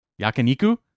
Yakiniku